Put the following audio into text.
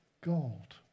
God